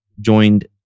joined